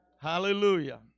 Hallelujah